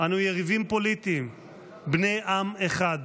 אנו יריבים פוליטיים בני עם אחד.